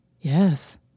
Yes